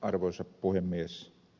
arvoisa puhemies